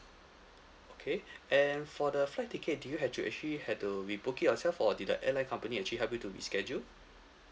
okay and for the flight ticket did you have to actually had to rebook it yourself or did the airline company actually help you to reschedule